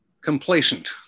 complacent